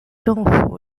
政府